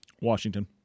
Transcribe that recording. Washington